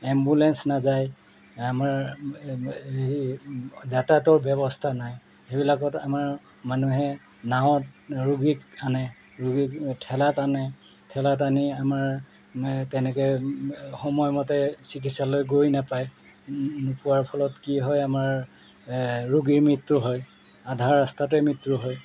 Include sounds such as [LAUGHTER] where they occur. ambulance নাযায় আমাৰ [UNINTELLIGIBLE] যাতায়তৰ ব্যৱস্থা নাই সেইবিলাকত আমাৰ মানুহে নাঁৱত ৰোগীক আনে ৰোগীক ঠেলাত আনে ঠেলাত আনি আমাৰ তেনেকৈ সময়মতে চিকিৎসালয় গৈ নাপায় নোপোৱাৰ ফলত কি হয় ৰোগীৰ মৃত্যু হয় আধা ৰাস্তাতে মৃত্যু হয়